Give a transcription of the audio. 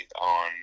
on